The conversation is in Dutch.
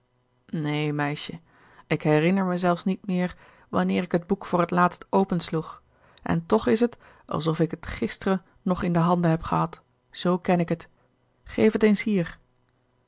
neen meisje ik herinner me zelfs niet meer wanneer ik het boek voor t laatst open sloeg en toch is het als of ik het gisteren nog in de handen heb gehad zoo ken ik het geef het eens hier